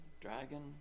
dragon